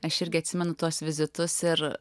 aš irgi atsimenu tuos vizitus ir